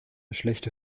schlechte